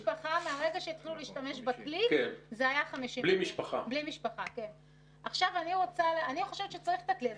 מהרגע שהתחילו להשתמש בכלי זה היה 50%. אני חושבת שצריך את הכלי הזה.